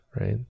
right